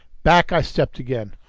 back i stepped again,